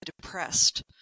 depressed